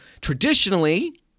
traditionally